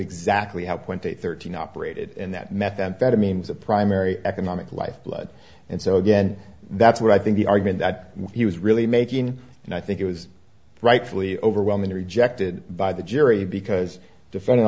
exactly how twenty thirteen operated in that methamphetamine is a primary economic lifeblood and so again that's what i think the argument that he was really making and i think it was rightfully overwhelmingly rejected by the jury because defending